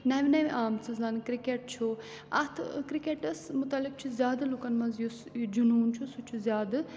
نَوِ نَوِ آمژٕ زَن کِرکٹ چھُ اَتھ کِرکٹَس مُتعلِق چھُ زیادٕ لُکَن منٛز یُس یہِ جنوٗن چھُ سُہ چھُ زیادٕ